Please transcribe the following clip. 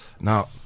Now